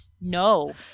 no